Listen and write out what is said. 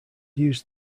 used